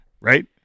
right